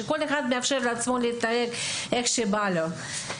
שכל אחד מאפשר לעצמו להתנהג איך שבא לו.